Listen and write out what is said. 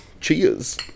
Cheers